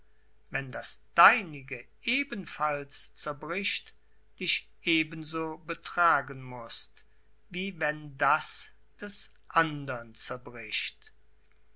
wenn das deinige ebenfalls zerbricht dich ebenso betragen mußt wie wenn das des andern zerbricht